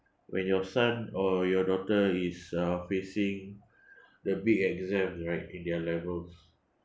when your son or your daughter is uh facing the big exam right in their levels